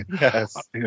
Yes